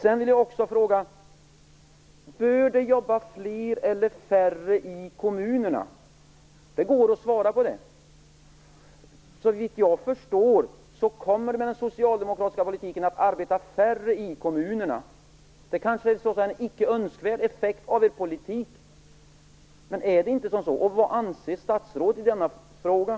Jag vill också fråga: Bör det jobba fler eller färre i kommunerna? Det går att svara på det. Såvitt jag förstår kommer det med den socialdemokratiska politiken att arbeta färre i kommunerna. Det kanske är så att säga en icke önskvärd effekt av er politik, men är det inte så? Vad anser statsrådet i denna fråga?